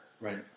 right